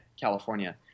California